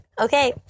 Okay